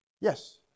Yes